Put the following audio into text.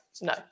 no